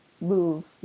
move